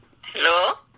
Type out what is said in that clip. hello